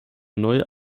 neue